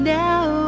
now